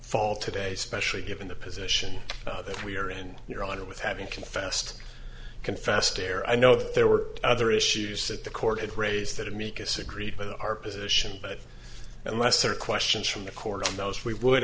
fall today especially given the position that we are in your honor with having confessed confessed error i know that there were other issues that the court had raised that amicus agreed with our position but unless there are questions from the court of those we would